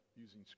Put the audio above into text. using